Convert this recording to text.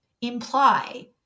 imply